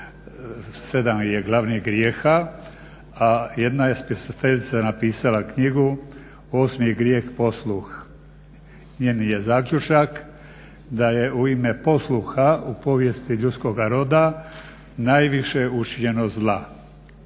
je glavnih grijeha a jedna je spisateljica napisala knjigu Osmi grijeh-posluh. Njeni je zaključak da je u ime posluha u povijesti ljudskoga roda najviše učinjeno zla.